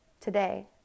Today